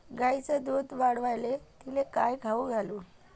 गायीचं दुध वाढवायले तिले काय खाऊ घालू?